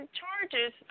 charges